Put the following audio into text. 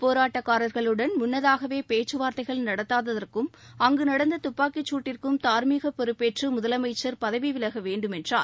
போராட்டக்காரர்கள் முன்னதாகவே பேச்சு வார்த்தைகள் நடத்தாததற்கும் அங்கு நடந்த துப்பாக்கி சூட்டிற்கும் தார்மீக பொறுப்பேற்று முதலமைச்சர் பதவி விலக வேண்டும் என்றார்